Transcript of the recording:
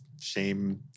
shame